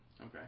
Okay